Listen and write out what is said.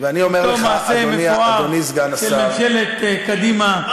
אותו מעשה מכוער של ממשלת קדימה,